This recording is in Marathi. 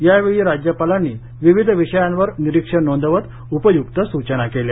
यावेळी राज्यपालांनी विविध विषयांवर निरीक्षण नोंदवत उपयुक्त सूचना केल्या